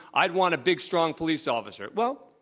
i'd want a big, strong police officer. well,